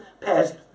passed